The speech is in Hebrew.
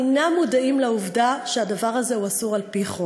אינם מודעים לעובדה שהדבר הזה אסור על-פי חוק.